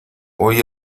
hoy